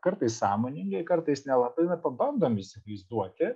kartais sąmoningai kartais nelabai na pabandom įsivaizduoti